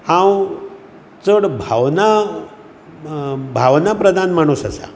हांव चड भावना भावना प्रधान माणूस आसा